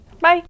Bye